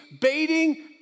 baiting